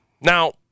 Now